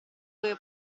dove